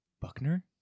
Buckner